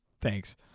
Thanks